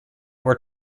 were